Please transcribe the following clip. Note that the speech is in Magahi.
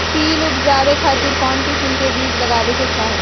तिल उबजाबे खातिर कौन किस्म के बीज लगावे के चाही?